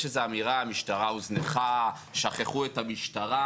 יש איזו אמירה שהמשטרה הוזנחה וששכחו את המשטרה,